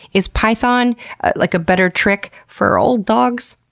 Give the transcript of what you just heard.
is python ah like ah better trick for old dogs?